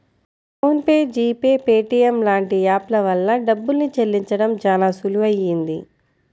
phone pay, G Pay, Paytm లాంటి app ల వల్ల డబ్బుల్ని చెల్లించడం చానా సులువయ్యింది